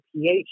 pH